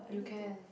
you can